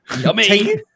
yummy